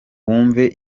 wumve